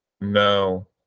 No